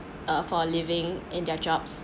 uh for living in their jobs